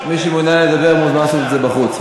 מי שמעוניין לדבר מוזמן לעשות את זה בחוץ.